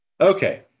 Okay